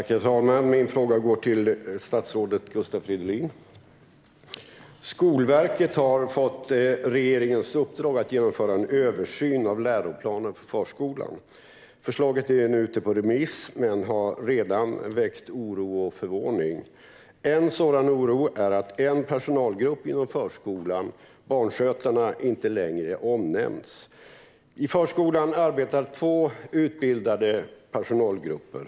Herr talman! Min fråga går till statsrådet Gustav Fridolin. Skolverket har fått regeringens uppdrag att genomföra en översyn av läroplanen för förskolan. Förslaget är nu ute på remiss men har redan väckt oro och förvåning. En sådan oro gäller att en personalgrupp inom förskolan, barnskötarna, inte längre omnämns. I förskolan arbetar två utbildade personalgrupper.